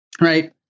right